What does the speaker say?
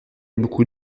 beaucoup